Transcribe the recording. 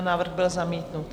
Návrh byl zamítnut.